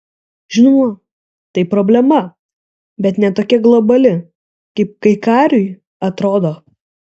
žinoma tai problema bet ne tokia globali kaip kaikariui atrodo